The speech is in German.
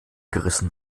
gerissen